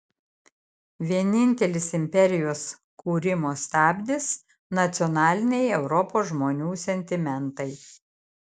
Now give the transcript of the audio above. vienintelis imperijos kūrimo stabdis nacionaliniai europos žmonių sentimentai